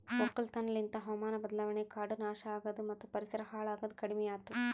ಒಕ್ಕಲತನ ಲಿಂತ್ ಹಾವಾಮಾನ ಬದಲಾವಣೆ, ಕಾಡು ನಾಶ ಆಗದು ಮತ್ತ ಪರಿಸರ ಹಾಳ್ ಆಗದ್ ಕಡಿಮಿಯಾತು